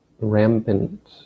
rampant